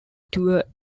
tour